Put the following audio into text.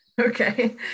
Okay